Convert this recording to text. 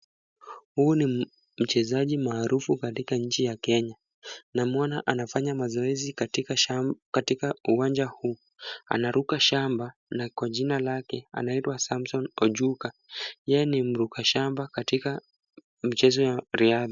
Huyu ni mchezaji maarufu katika nchi ya Kenya. Namwona anafanya mazoezi katika shamba, katika uwanja huu. Anaruka shamba na kwa jina lake anaitwa Samson Ojuka. Yeye ni mruka shamba katika michezo ya riadha.